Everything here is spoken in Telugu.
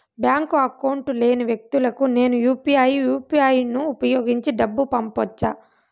బ్యాంకు అకౌంట్ లేని వ్యక్తులకు నేను యు పి ఐ యు.పి.ఐ ను ఉపయోగించి డబ్బు పంపొచ్చా?